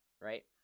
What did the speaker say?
right